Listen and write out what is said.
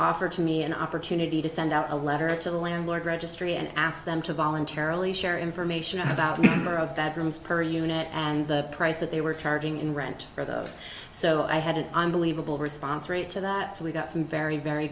offer to me an opportunity to send out a letter to the landlord registry and ask them to voluntarily share information about that rooms per unit and the price that they were charging in rent for those so i had an unbelievable response rate to that so we got some very very